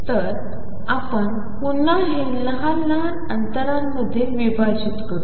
तर आपण पुन्हा हे लहान लहान अंतरांमध्ये विभाजित करू